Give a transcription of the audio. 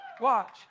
Watch